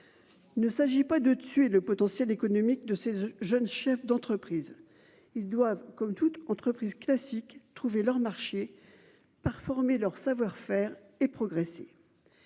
Ne s'agit pas de tuer le potentiel économique de ces jeunes chefs d'entreprise, ils doivent, comme toute entreprise classique trouver leur marché. Par former leur savoir-faire et progresser.